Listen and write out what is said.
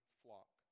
flock